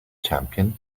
champion